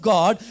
God